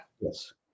Yes